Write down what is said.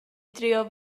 drio